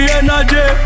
energy